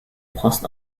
post